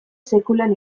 sekulan